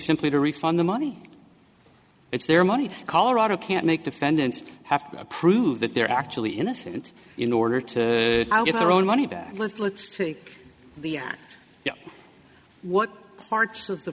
simply to refund the money it's their money colorado can't make defendants have to prove that they're actually innocent in order to get their own money back let's take the what parts of the